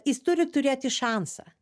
jis turi turėti šansą